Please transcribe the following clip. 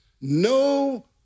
no